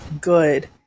good